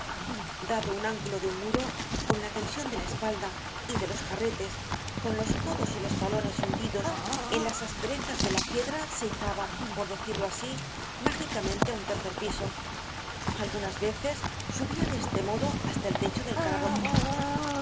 dado un ángulo de un muro con la tension de la espalda y de los jarretes con los codos y talones hundidos en las asperezas de la piedra se izaba por decirlo asi mágicamente á un tercer piso algunas veces suhia de este modo hasta el techo del calabozo